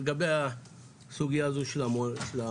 לגבי הסוגיה הזאת של המעונות.